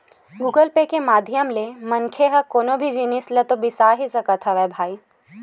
Google Pay के माधियम ले मनखे ह कोनो भी जिनिस ल तो बिसा ही सकत हवय भई